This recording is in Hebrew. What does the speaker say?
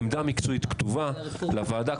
עמדה מקצועית כתובה לוועדה,